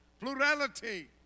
Plurality